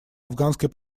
афганской